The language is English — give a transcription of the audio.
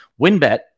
Winbet